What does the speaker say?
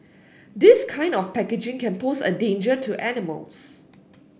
this kind of packaging can pose a danger to animals